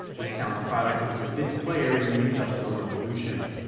this town's product was a bit player in the industrial revolution,